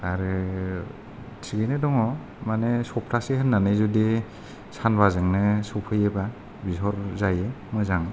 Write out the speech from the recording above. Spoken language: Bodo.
आरो थिगैनो दङ माने सप्थासे होननानै जुदि सानबाजोंनो सफैयोबा बिहरजायो मोजां